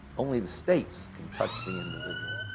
only the states can touch the individual.